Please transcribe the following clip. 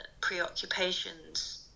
preoccupations